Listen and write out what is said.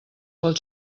pel